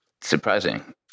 surprising